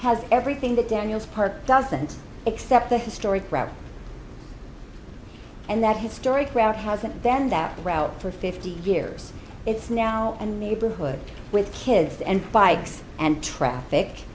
has everything that daniels park doesn't except the historic route and that historic route hasn't been that route for fifty years it's now a neighborhood with kids and bikes and traffic